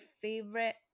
favorite